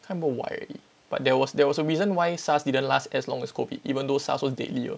can't remember why already but there was there was a reason why SARS didn't last as long as COVID even though SARS was deadlier